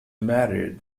married